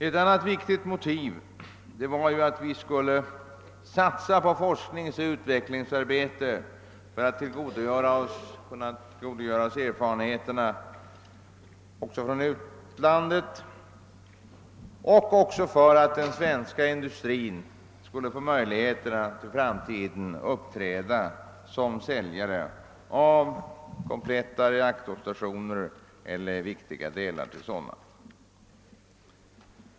Ett annat viktigt motiv var att vi skulle satsa på forskning och utvecklingsarbete för att tillgodogöra oss erfarenheterna också från utlandet och för att den svenska industrin skulle få möjlighet att i framtiden uppträda som säljare av kompletta reakiorstationer elier av viktiga delar av sådana.